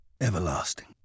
Everlasting